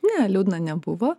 ne liūdna nebuvo